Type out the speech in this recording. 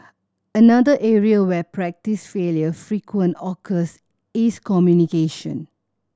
another area where practice failure frequent occurs is communication